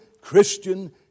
Christian